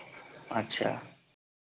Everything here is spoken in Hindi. अच्छा